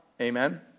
Amen